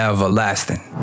Everlasting